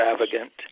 extravagant